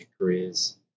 careers